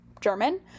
German